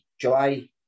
July